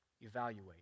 evaluate